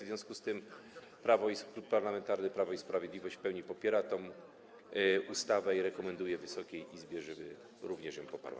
W związku z tym Klub Parlamentarny Prawo i Sprawiedliwość w pełni popiera tę ustawę i rekomenduje Wysokiej Izbie, żeby również ją poparła.